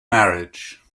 marriage